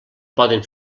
poden